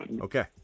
Okay